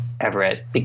Everett